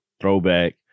throwback